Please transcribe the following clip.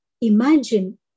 imagine